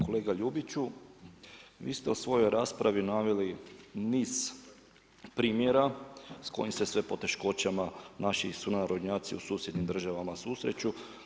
Kolega Ljubiću, vi ste u svojoj raspravi naveli niz primjera s kojim se sve poteškoćama naši sunarodnjaci u susjednim državama susreću.